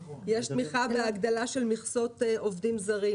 יש גם תמיכה בהגדלה של מכסות עובדים זרים.